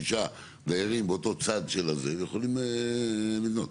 שישה דיירים באותו צד ויכולים לבנות.